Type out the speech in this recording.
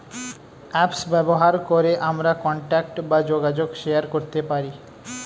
apps ব্যবহার করে আমরা কন্টাক্ট বা যোগাযোগ শেয়ার করতে পারি